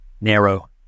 narrow